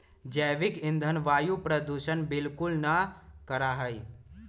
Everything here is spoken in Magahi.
जैविक ईंधन वायु प्रदूषण बिलकुल ना करा हई